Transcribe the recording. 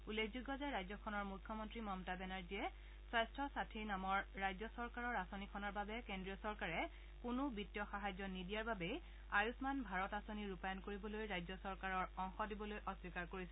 উল্লেখযোগ্য যে ৰাজ্যখনৰ মুখ্যমন্তী মমতা বেনাৰ্জীয়ে স্বাস্থ্য সাথী নামৰ ৰাজ্য চৰকাৰৰ আঁচনিখনৰ বাবে কেন্দ্ৰীয় চৰকাৰে কোনো বিত্তীয় সাহায্য নিদিয়াৰ বাবেই আয়ুস্মান ভাৰত আঁচনি ৰূপায়ণ কৰিবলৈ ৰাজ্য চৰকাৰৰ অংশ দিবলৈ অস্বীকাৰ কৰিছিল